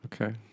Okay